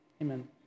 Amen